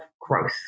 growth